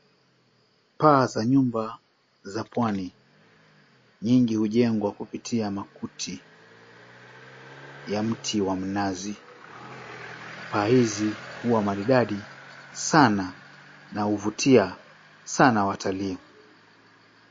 Paa za nyumba za pwani. Nyingi hujengwa kwa kupitia makuti ya mti wa mnazi. Paa hizi huwa maridadi sana na huvutia sana watalii.